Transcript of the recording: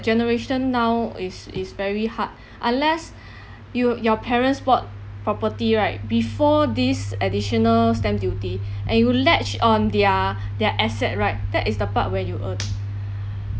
generation now is is very hard unless you your parents bought property right before this additional stamp duty and you latch on their their asset right that is the part where you earn